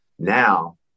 Now